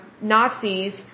Nazis